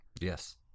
Yes